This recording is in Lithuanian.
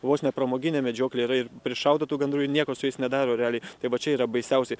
vos ne pramoginė medžioklė yra ir prišaudo tų gandrų ir nieko su jais nedaro realiai tai va čia yra baisiausiai